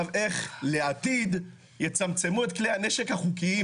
איך לעתיד יצמצמו את כלי הנשק החוקיים.